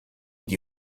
die